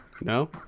No